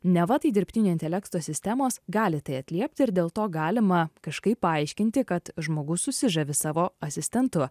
neva tai dirbtinio intelekto sistemos gali tai atliepti ir dėl to galima kažkaip paaiškinti kad žmogus susižavi savo asistentu